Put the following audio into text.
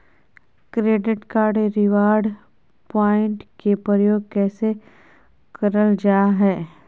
Credit card reward point के प्रयोग कैसे करल जा है?